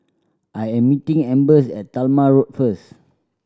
I am meeting Ambers at Talma Road first